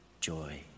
joy